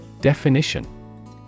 Definition